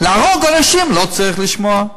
להרוג אנשים, לא צריך לשמור.